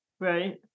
right